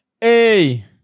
hey